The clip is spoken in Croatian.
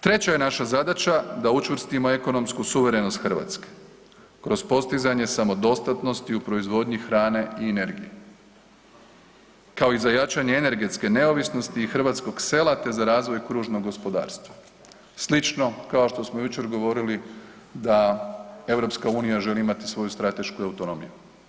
Treća je naša zadaća da učvrstimo ekonomsku suverenost Hrvatske kroz postizanje samodostatnosti u proizvodnji hrane i energije kao i za jačanje energetske neovisnosti i hrvatskog sela te za razvoj kružnog gospodarstva, slično kao što smo jučer govorili da EU želi imati svoju stratešku autonomiju.